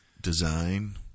design